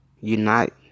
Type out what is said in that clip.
unite